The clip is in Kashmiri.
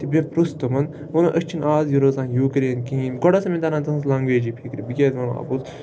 تہٕ مےٚ پرُٛژھ تِمَن وو أسۍ چھِنہٕ آز یہِ روزان یوٗرکرین کِہیٖنۍ گۄڈٕ ٲس نہٕ مےٚ تَران تہٕنٛز لگویجٕے فِکرِ بہٕ کیازِ وَنو اَپُز